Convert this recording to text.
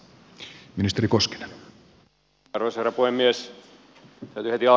arvoisa herra puhemies